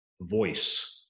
voice